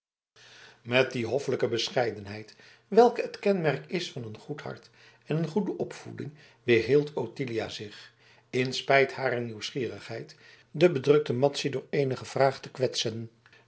met die hoffelijke bescheidenheid welke het kenmerk is van een goed hart en een goede opvoeding weerhield ottilia zich in spijt harer nieuwsgierigheid de bedrukte madzy door eenige vraag te kwetsen